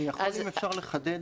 אני יכול אם אפשר לחדד?